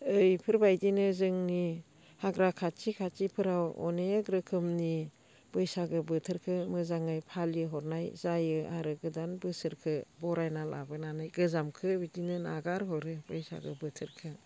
बेफोरबायदिनो जोंनि हाग्रा खाथि खाथिफोराव अनेक रोखोमनि बैसागु बोथोरखौ मोजांयै फालि हरनाय जायो आरो गोदान बोसोरखौ बरायना लाबोनानै गोजामखौ बिदिनो नागारहरो बैसागु बोथोरखौ